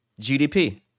GDP